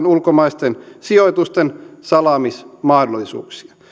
ulkomaisten sijoitusten salaamismahdollisuuksia